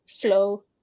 flow